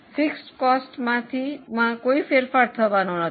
સ્થિર ખર્ચમાં કોઈ ફેરફાર થવાનો નથી